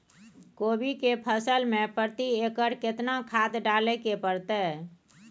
कोबी के फसल मे प्रति एकर केतना खाद डालय के परतय?